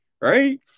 Right